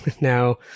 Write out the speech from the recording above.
Now